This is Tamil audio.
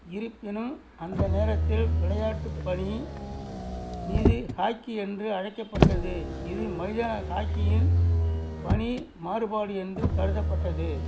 இருப்பினும் அந்த நேரத்தில் விளையாட்டு பனி மீது ஹாக்கி என்று அழைக்கப்பட்டது இது மைதான ஹாக்கியின் பனி மாறுபாடு என்று கருதப்பட்டது